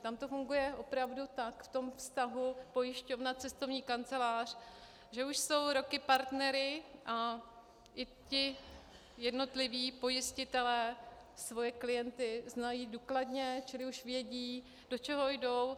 Tam to funguje opravdu tak ve vztahu pojišťovna cestovní kancelář, že už jsou roky partnery, a i ti jednotliví pojistitelé svoje klienty znají důkladně, čili už vědí, do čeho jdou.